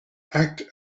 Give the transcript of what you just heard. act